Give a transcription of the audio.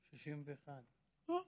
61. לא.